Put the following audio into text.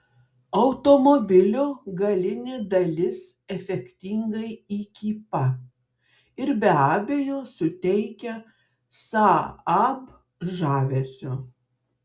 automobilio galinė dalis efektingai įkypa ir be abejo suteikia saab žavesio